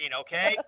okay